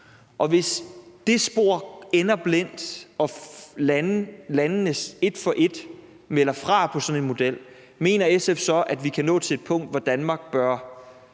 Og hvis det spor ender blindt og landene et for et melder fra til sådan en model, mener SF så, at vi kan nå til et punkt, hvor Danmark bør